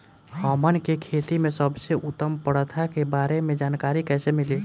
हमन के खेती में सबसे उत्तम प्रथा के बारे में जानकारी कैसे मिली?